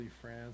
France